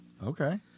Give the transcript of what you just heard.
Okay